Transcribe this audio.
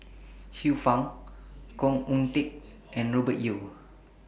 Xiu Fang Khoo Oon Teik and Robert Yeo